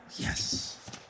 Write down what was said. Yes